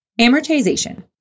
Amortization